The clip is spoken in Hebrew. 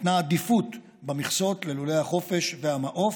ניתנה עדיפות במכסות ללולי החופש והמעוף.